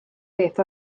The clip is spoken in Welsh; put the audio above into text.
beth